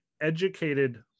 educated